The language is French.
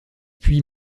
puits